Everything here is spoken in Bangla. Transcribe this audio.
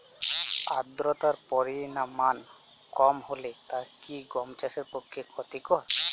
আর্দতার পরিমাণ কম হলে তা কি গম চাষের পক্ষে ক্ষতিকর?